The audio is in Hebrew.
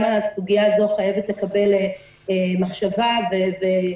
גם הסוגיה הזו חייבת לקבל מחשבה וצריך